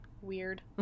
Weird